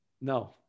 No